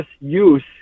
use